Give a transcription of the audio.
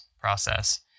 process